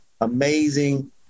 amazing